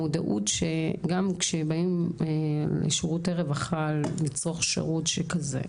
המודעות שגם כשבאים לשירותי רווחה לצורך שירות שכזה,